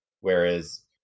Whereas